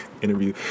interview